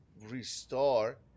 restore